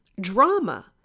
drama